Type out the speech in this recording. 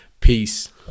Peace